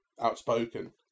outspoken